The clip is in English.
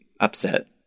upset